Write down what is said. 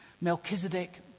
Melchizedek